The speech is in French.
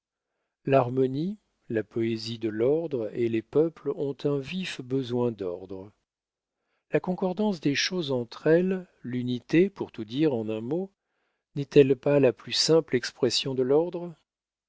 l'harmonie est la poésie de l'ordre et les peuples ont un vif besoin d'ordre la concordance des choses entre elles l'unité pour tout dire en un mot n'est-elle pas la plus simple expression de l'ordre